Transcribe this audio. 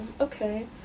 okay